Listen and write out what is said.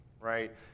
right